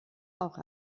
auch